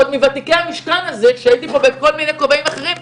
עוד מוותיקי המשכן הזה כשהייתי בכל מיני כובעים אחרים,